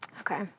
Okay